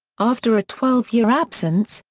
after a twelve year absence,